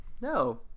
No